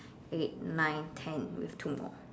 eight nine ten we have two more